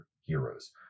heroes